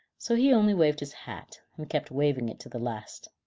so he only waved his hat, and kept waving it to the last.